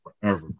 forever